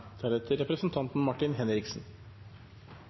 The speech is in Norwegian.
kommer. Representanten Martin Henriksen